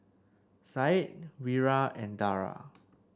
Syed Wira and Dara